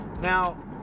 Now